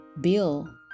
Bill